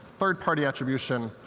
third party attribution,